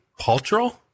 Paltrow